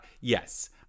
Yes